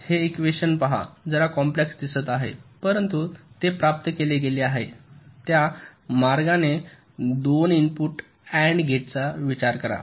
हे इकवेशन पहा जरा कॉम्प्लेक्स दिसत आहे परंतु ते प्राप्त केले गेले आहेत त्या मार्गाने 2 इनपुट AND गेटचा विचार करा